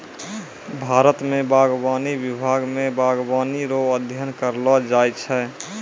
भारत मे बागवानी विभाग मे बागवानी रो अध्ययन करैलो जाय छै